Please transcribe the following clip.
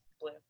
Blue